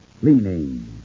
cleaning